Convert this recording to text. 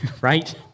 right